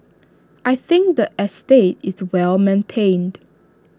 I think the estate is well maintained